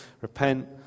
Repent